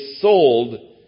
sold